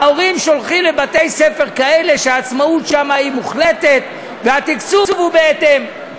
ההורים שולחים לבתי-ספר כאלה שהעצמאות שם היא מוחלטת והתקצוב הוא בהתאם,